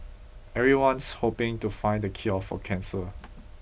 everyone's hoping to find the cure for cancer